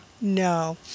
No